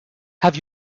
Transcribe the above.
have